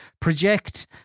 project